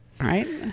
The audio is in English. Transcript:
right